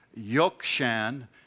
Yokshan